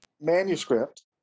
manuscript